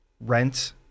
Rent